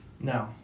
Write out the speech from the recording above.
No